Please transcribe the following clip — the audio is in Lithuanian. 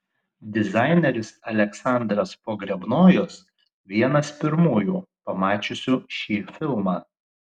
dizaineris aleksandras pogrebnojus vienas pirmųjų pamačiusių šį filmą